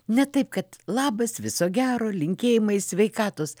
ne taip kad labas viso gero linkėjimai sveikatos